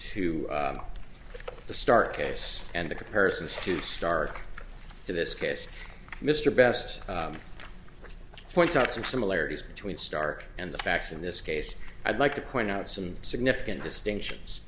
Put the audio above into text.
the stark case and the comparisons to start to this case mr best's points out some similarities between stark and the facts in this case i'd like to point out some significant distinctions